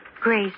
Grace